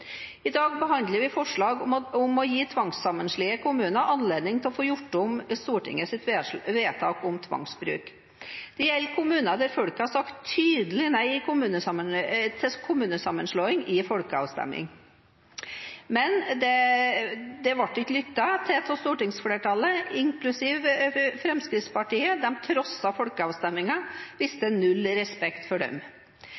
I dag behandler vi forslag om å gi tvangssammenslåtte kommuner anledning til å få omgjort Stortingets vedtak om tvangsbruk. Det gjelder kommuner der folket har sagt tydelig nei til kommunesammenslåing i folkeavstemning. Men det ble ikke lyttet til av stortingsflertallet, inklusive Fremskrittspartiet – de trosset folkeavstemninger og viste null respekt for dem. Står Fremskrittspartiet fast ved at i spørsmål om sammenslåing av